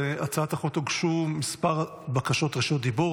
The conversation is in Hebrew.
להצעת החוק הוגשו כמה בקשות רשות דיבור.